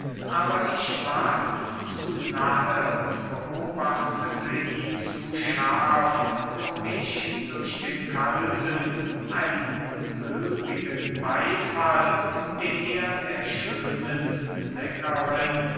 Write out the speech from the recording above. aber ich war ihm zu nahe und beobachtete ihn zu scharf um mich durch den kalten einsylbigen beyfall den er der schönen sängerin